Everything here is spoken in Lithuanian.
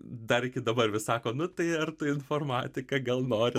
dar iki dabar vis sako nu tai ar ta informatika gal nori